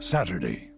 Saturday